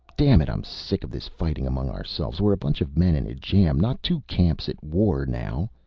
damn it, i'm sick of this fighting among ourselves. we're a bunch of men in a jam, not two camps at war now.